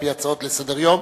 על-פי הצעות לסדר-היום,